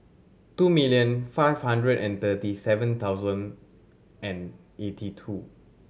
two million five hundred and thirty seven thousand and eighty two